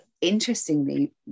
interestingly